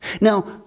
Now